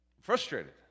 frustrated